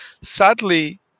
sadly